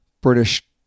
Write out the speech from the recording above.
British